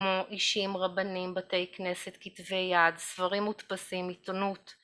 ‫כמו אישים, רבנים, בתי כנסת, ‫כתבי יד, ספרים מודפסים, עיתונות.